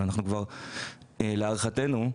אבל להערכתנו,